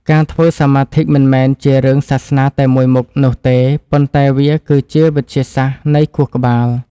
ការធ្វើសមាធិមិនមែនជារឿងសាសនាតែមួយមុខនោះទេប៉ុន្តែវាគឺជាវិទ្យាសាស្ត្រនៃខួរក្បាល។